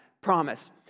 promise